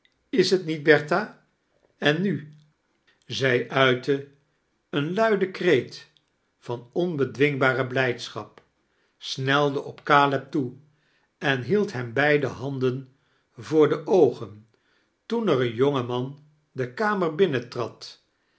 is t niet bertha en nu i zij uitte een luiden kreet van ombedwingbare blijdschap snelde op caleb toe en hi eld hem beide handen voor de oogen toen er een jonge man de kamer